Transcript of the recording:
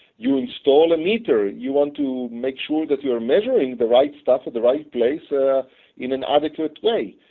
you install a meter. you want to make sure that you're measuring the right stuff at the right place ah in an adequate way,